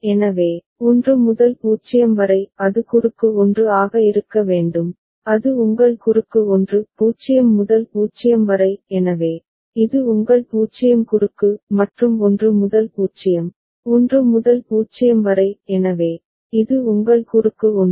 எனவே 1 முதல் 0 வரை அது குறுக்கு 1 ஆக இருக்க வேண்டும் அது உங்கள் குறுக்கு 1 0 முதல் 0 வரை எனவே இது உங்கள் 0 குறுக்கு மற்றும் 1 முதல் 0 1 முதல் 0 வரை எனவே இது உங்கள் குறுக்கு 1